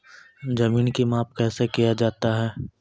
जमीन की माप कैसे किया जाता हैं?